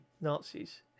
Nazis